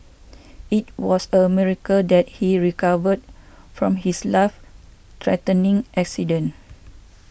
it was a miracle that he recovered from his life threatening accident